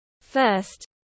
First